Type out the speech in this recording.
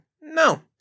No